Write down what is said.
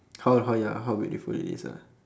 how how ya how beautiful it is ah